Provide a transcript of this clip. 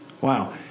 Wow